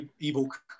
ebook